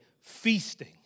feasting